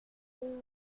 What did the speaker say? devais